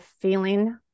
feeling